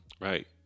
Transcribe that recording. Right